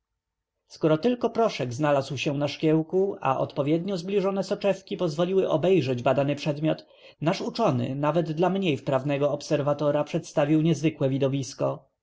skoro tylko proszek znalazł się na szkiełku a odpowiednio zbliżone soczewki pozwoliły obejrzeć badany przedmiot nasz uczony nawet dla mniej wprawnego obserwatora przedstawił niezwykłe widowisko